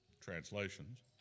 translations